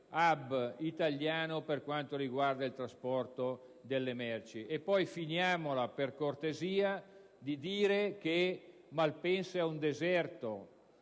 *hub* italiano per quanto riguarda il trasporto delle merci. Poi finiamola, per cortesia, di dire che Malpensa è un deserto.